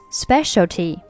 specialty